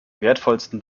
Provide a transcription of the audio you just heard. wertvollsten